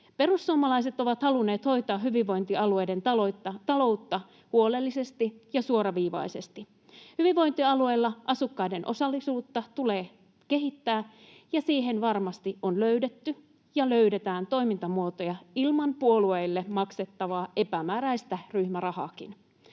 Perussuomalaiset ovat halunneet hoitaa hyvinvointialueiden taloutta huolellisesti ja suoraviivaisesti. Hyvinvointialueilla asukkaiden osallisuutta tulee kehittää, ja siihen varmasti on löydetty ja löydetään toimintamuotoja ilman puolueille maksettavaa epämääräistä ryhmärahaakin.